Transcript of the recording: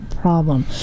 problem